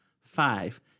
Five